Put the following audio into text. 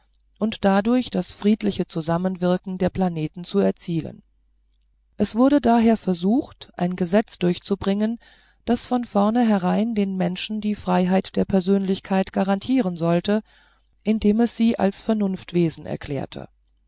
und dadurch das friedliche zusammenwirken der planeten zu erzielen es wurde daher versucht ein gesetz durchzubringen das von vornherein den menschen die freiheit der persönlichkeit garantieren sollte indem es sie als vernunftwesen erklärte